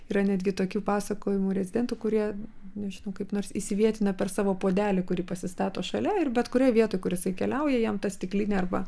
yra netgi tokių pasakojimų rezidentų kurie nežinau kaip nors įsivietina per savo puodelį kurį pasistato šalia ir bet kurioj vietoj kur jisai keliauja jam ta stiklinė arba